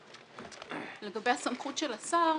לגבי הסמכות של השר